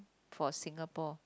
for Singapore